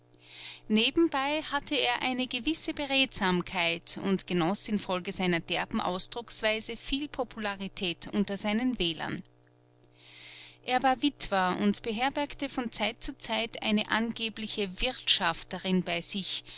nebenbei hatte er eine gewisse beredsamkeit und genoß infolge seiner derben ausdrucksweise viel popularität unter seinen wählern er war witwer und beherbergte von zeit zu zeit eine angebliche wirtschafterin bei sich